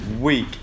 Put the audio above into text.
week